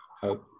hope